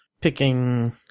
picking